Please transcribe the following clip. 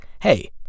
Hey